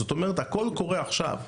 זאת אומרת, הכל קורה עכשיו.